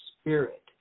spirit